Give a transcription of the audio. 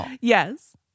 Yes